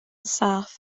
saff